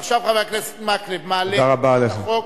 עכשיו חבר הכנסת מקלב מעלה את החוק.